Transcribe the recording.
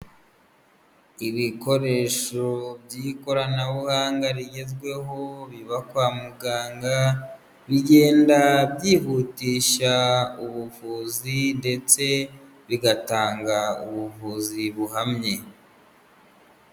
Ibikoresho by'ikoranabuhanga rigezweho biba kwa muganga bigenda byihutisha ubuvuzi ndetse bigatanga ubuvuzi buhamye.